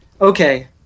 okay